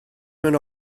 mewn